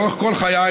לאורך כל חיי,